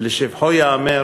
ולשבחו ייאמר